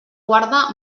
guarda